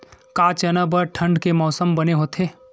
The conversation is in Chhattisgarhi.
का चना बर ठंडा के मौसम बने होथे?